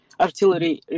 artillery